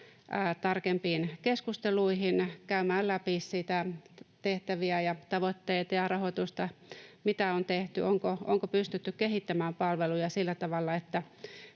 tarkempiin keskusteluihin käymään läpi tehtäviä ja tavoitteita ja rahoitusta, mitä on tehty, onko pystytty kehittämään palveluja sillä tavalla, että